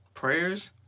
Prayers